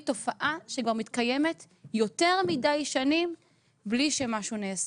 תופעה שמתקיימת יותר מדי שנים בלי שמשהו נעשה.